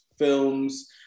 films